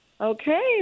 Okay